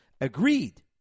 agreed